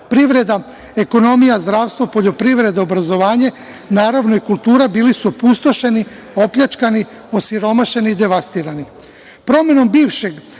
Privreda, ekonomija, zdravstvo, poljoprivreda i obrazovanje, naravno i kultura bili su opustošeni, opljačkani, osiromašeni i devastirani. Promenom